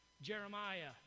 Jeremiah